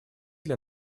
для